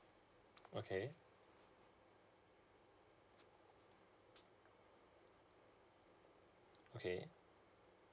okay okay